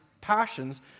Passions